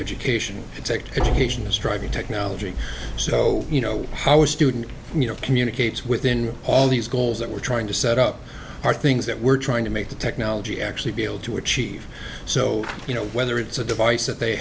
education take education is driving technology so you know how our students you know communicate within all these goals that we're trying to set up are things that we're trying to make the technology actually be able to achieve so you know whether it's a device that they